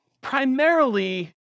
primarily